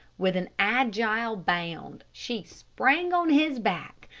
with an agile bound she sprang on his back,